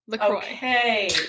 Okay